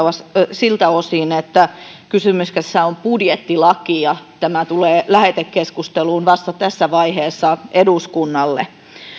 siltä osin että kysymyksessä on budjettilaki ja tämä tulee lähetekeskusteluun eduskunnalle vasta tässä vaiheessa